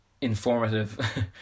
informative